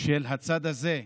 של הצד הזה,